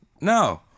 No